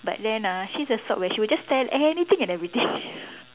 but then ah she's the sort where she will just tell anything and everything